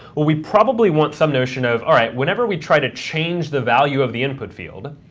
well, we probably want some notion of, all right, whenever we try to change the value of the input field,